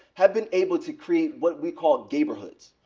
have been able to create what we call gayborhoods.